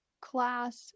class